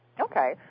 Okay